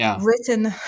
written